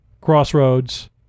Crossroads